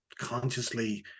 consciously